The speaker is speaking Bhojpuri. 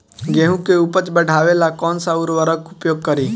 गेहूँ के उपज बढ़ावेला कौन सा उर्वरक उपयोग करीं?